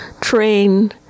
train